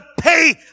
pay